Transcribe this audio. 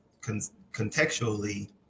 contextually